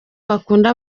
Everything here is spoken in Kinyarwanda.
bakunda